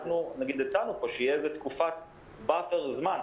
הצענו שתהיה איזושהי תקופת buffer זמן.